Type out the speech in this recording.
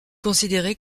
considéré